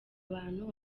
abantu